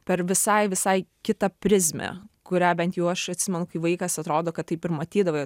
per visai visai kitą prizmę kurią bent jau aš atsimenu kai vaikas atrodo kad taip ir matydavai